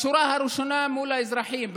בשורה הראשונה מול האזרחים,